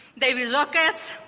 they will look at